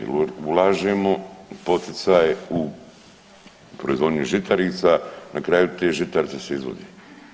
Jer ulažemo poticaj u proizvodnju žitarica, na kraju te žitarice se izvoze.